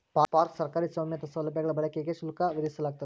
park ಸರ್ಕಾರಿ ಸ್ವಾಮ್ಯದ ಸೌಲಭ್ಯಗಳ ಬಳಕೆಗಾಗಿ ಶುಲ್ಕ ವಿಧಿಸಲಾಗ್ತದ